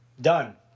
Done